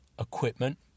equipment